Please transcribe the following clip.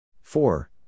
Four